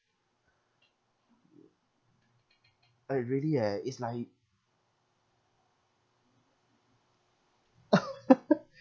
ah really eh it's like